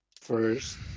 first